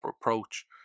approach